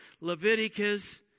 Leviticus